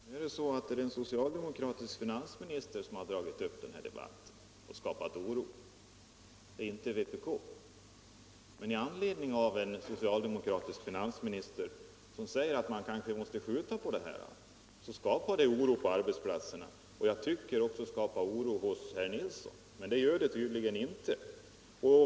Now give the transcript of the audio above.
Fru talman! Nu är det så att det är en socialdemokratisk finansminister som dragit upp denna debatt och skapat oro. Det är inte vpk. Och när en socialdemokratisk finansminister säger att man kanske måste skjuta på den femte semesterveckan, så skapar det oro på arbetsplatserna. Jag tycker att det också skulle skapa oro hos herr Nilsson i Växjö, men det gör det tydligen inte.